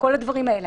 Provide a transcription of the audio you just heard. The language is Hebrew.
כל הדברים האלה.